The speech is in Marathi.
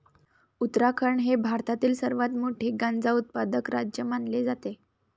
उत्तराखंड हे भारतातील सर्वात मोठे गांजा उत्पादक राज्य मानले जाते